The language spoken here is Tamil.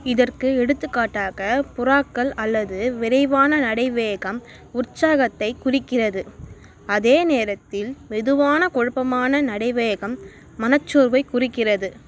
இதற்கு எடுத்துக்காட்டாக புறாக்கள் அல்லது விரைவான நடைவேகம் உற்சாகத்தை குறிக்கிறது அதே நேரத்தில் மெதுவான குழப்பமான நடைவேகம் மனச்சோர்வை குறிக்கிறது